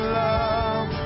love